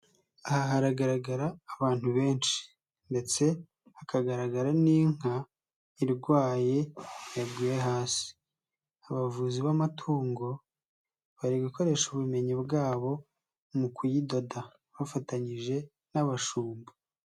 Aha hagaragara abantu benshi ndetse hakagaragara n'inka irwaye yaguye hasi, abavuzi b'amatungo bari gukoresha ubumenyi bwabo mu kuyidoda bafatanyije n'abashumba.